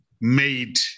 made